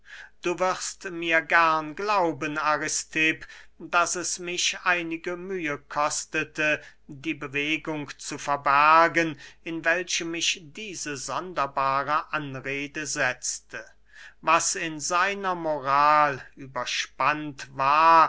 du wirst mir gern glauben aristipp daß es mich einige mühe kostete die bewegung zu verbergen in welche mich diese sonderbare anrede setzte was in seiner moral überspannt war